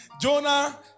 Jonah